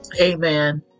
amen